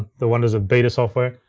the wonders of beta software.